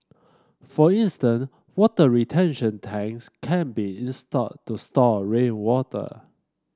for instance water retention tanks can be installed to store rainwater